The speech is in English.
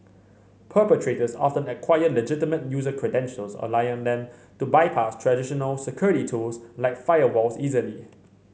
perpetrators often acquire legitimate user credentials allowing them to bypass traditional security tools like firewalls easily